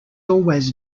always